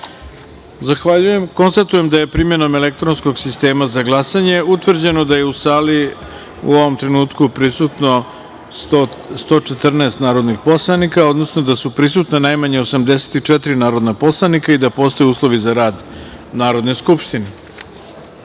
Zahvaljujem. Konstatujem da je primenom elektronskog sistema za glasanje utvrđeno da je u sali prisutno, u ovom trenutku prisutno 114 narodnih poslanika, odnosno da su prisutna najmanje 84 narodna poslanika i da postoje uslovi za rad Narodne skupštine. Da